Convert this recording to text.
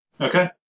Okay